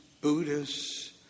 Buddhists